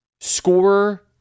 scorer